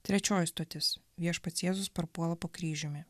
trečioji stotis viešpats jėzus parpuola po kryžiumi